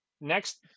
next